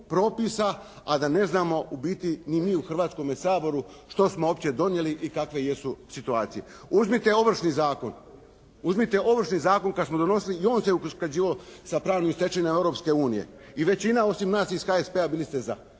a da ne znamo u biti ni mi u Hrvatskome saboru što smo uopće donijeli i kakve jesu situacije. Uzmite Ovršni zakon, uzmite Ovršni zakon. Kad smo donosili i on se je usklađivao sa pravnim stečevinama Europske unije. I većina osim nas iz HSP-a bili ste za.